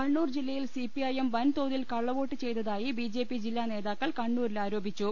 കണ്ണൂർ ജില്ലയിൽ സിപിഐഎം വൻതോതിൽ കള്ളവോട്ട് ചെയ്തതായി ബി ജെപി ജില്ലാ നേതാക്കൾ കണ്ണൂരിൽ ആരോപി ച്ചു